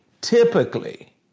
typically